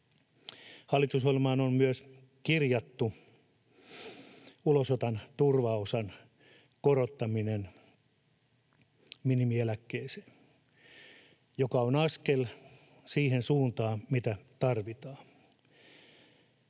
Hallitusohjelmaan on myös kirjattu ulosoton turvaosan korottaminen minimieläkkeeseen, joka on askel siihen suuntaan, mitä tarvitaan.